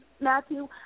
Matthew